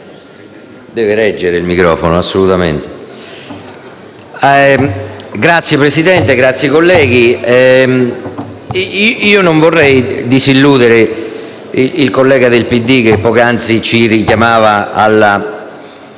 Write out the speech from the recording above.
Signor Presidente, onorevoli colleghi, io non vorrei disilludere il collega del PD che poc'anzi ci richiamava alla